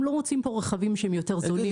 הם לא רוצים פה רכבים שהם יותר זולים ויותר חסכוניים.